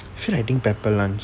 feel like eating pepper lunch